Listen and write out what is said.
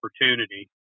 opportunity